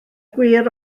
gwir